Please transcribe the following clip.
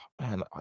man